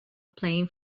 playing